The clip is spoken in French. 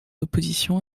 opposition